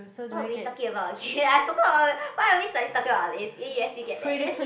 what are we talking about again I forgot what we why are we suddenly talking about yes you get that